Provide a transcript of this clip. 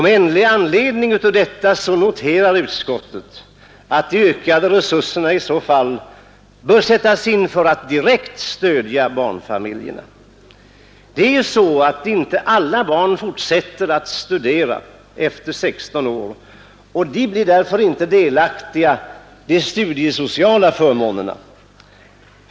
Med anledning av detta noterar utskottet att de ökade resurserna i så fall bör sättas in för att direkt stödja barnfamiljerna. Inte alla barn fortsätter att studera efter 16 år. De blir därför inte delaktiga i de studiesociala förmånerna.